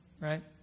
right